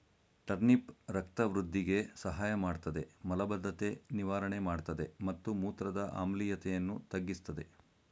turnip ರಕ್ತ ವೃಧಿಗೆ ಸಹಾಯಮಾಡ್ತದೆ ಮಲಬದ್ಧತೆ ನಿವಾರಣೆ ಮಾಡ್ತದೆ ಮತ್ತು ಮೂತ್ರದ ಆಮ್ಲೀಯತೆಯನ್ನು ತಗ್ಗಿಸ್ತದೆ